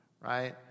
Right